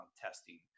testing